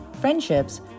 friendships